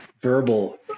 verbal